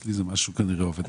אצלי כנראה זה עובד הפוך.